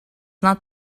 not